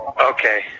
Okay